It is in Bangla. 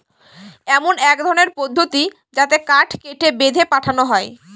এমন এক ধরনের পদ্ধতি যাতে কাঠ কেটে, বেঁধে পাঠানো হয়